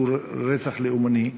שהוא רצח לאומני,